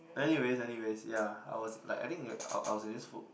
anyways anyways ya I was like I think I I was in this food